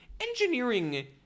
Engineering –